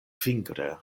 fingre